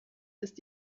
ist